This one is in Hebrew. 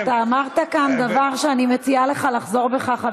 אתה אמרת כאן דבר שאני מציעה לך לחזור בך ממנו,